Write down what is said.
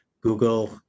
google